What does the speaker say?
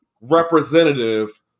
representative